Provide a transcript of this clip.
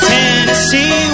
Tennessee